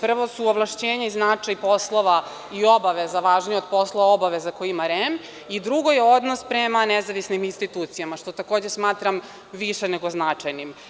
Prvo su ovlašćenja i značaj poslova i obaveza važniji od poslova obaveza koje ima REM i drugo je odnos koji ima prema nezavisnim institucijama, što takođe smatram više nego značajnim.